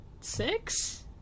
six